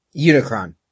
Unicron